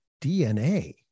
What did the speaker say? DNA